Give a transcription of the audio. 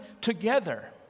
together